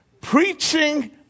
Preaching